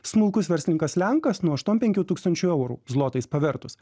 smulkus verslininkas lenkas nuo aštuom penkių tūkstančių eurų zlotais pavertus